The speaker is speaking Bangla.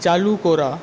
চালু করা